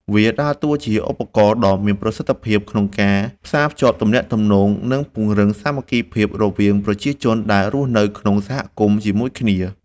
វាដើរតួជាឧបករណ៍ដ៏មានប្រសិទ្ធភាពក្នុងការផ្សារភ្ជាប់ទំនាក់ទំនង និងពង្រឹងសាមគ្គីភាពរវាងប្រជាជនដែលរស់នៅក្នុងសហគមន៍ជាមួយគ្នា។